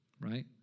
right